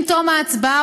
עם תום ההצבעה,